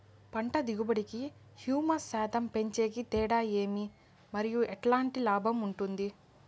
పంట దిగుబడి కి, హ్యూమస్ శాతం పెంచేకి తేడా ఏమి? మరియు ఎట్లాంటి లాభం ఉంటుంది?